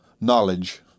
knowledge